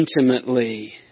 intimately